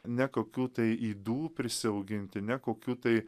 nekokių tai ydų prisiauginti nekokių tai